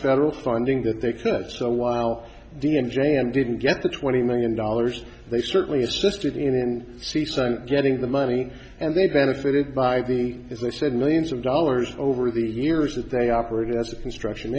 federal funding that they could so while d m j m didn't get the twenty million dollars they certainly assisted in and see so getting the money and they benefited by the as i said millions of dollars over the years that they operated as a construction